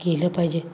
गेलं पाहिजे